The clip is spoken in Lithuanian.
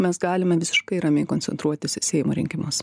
mes galime visiškai ramiai koncentruotis seimo rinkimus